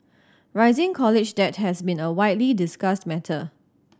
rising college debt has been a widely discussed matter